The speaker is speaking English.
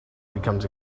becomes